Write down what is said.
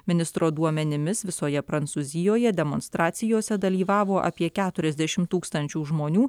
ministro duomenimis visoje prancūzijoje demonstracijose dalyvavo apie keturiasdešimt tūkstančių žmonių